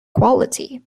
quality